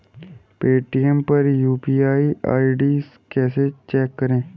Paytm पर UPI ID कैसे check करें?